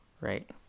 right